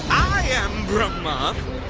i am brahma!